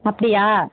அப்படியா